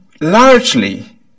largely